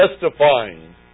testifying